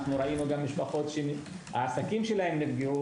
אנחנו גם ראינו משפחות שהעסקים שלהן נפגעו